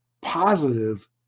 positive